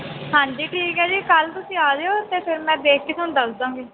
ਹਾਂਜੀ ਠੀਕ ਹੈ ਜੀ ਕੱਲ ਤੁਸੀਂ ਆ ਜਿਓ ਫਿਰ ਮੈਂ ਦੇਖ ਕੇ ਤੁਹਾਨੂੰ ਦੱਸ ਦਵਾਂਗੀ